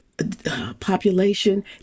Population